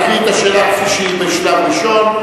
להקריא את השאלה כפי שהיא בשלב הראשון.